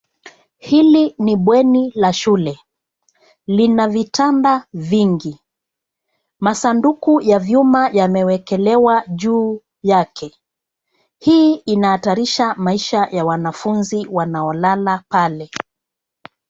Hili ni bweni la shule. Lina vitanda vingi. Masanduku ya vyuma yamewekelewa juu yake. Hii inahatarisha maisha ya wanafunzi wanaolala pale.